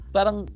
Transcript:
Parang